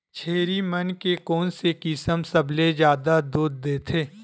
छेरी मन के कोन से किसम सबले जादा दूध देथे?